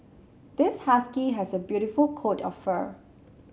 this husky has a beautiful coat of fur